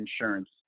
insurance